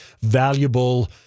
valuable